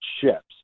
ships